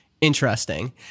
interesting